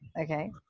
okay